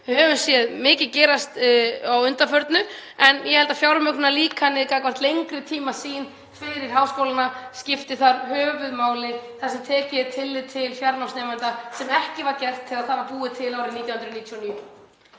Við höfum séð mikið gerast að undanförnu. Ég held að fjármögnunarlíkanið gagnvart lengri tíma sýn fyrir háskólana skipti þar höfuðmáli, þar sem tekið er tillit til fjarnáms nemenda, sem ekki var gert þegar það var búið til árið 1999.